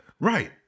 Right